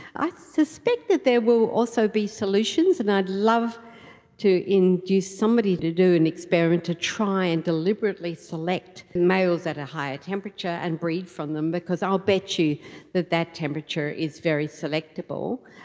i suspect that there will also be solutions and i'd love to induce somebody to do an experiment to try and deliberately select males at a higher temperature and breed from them because i'll bet you that that temperature is very selectable.